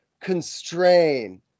constrain